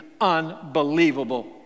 unbelievable